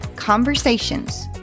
Conversations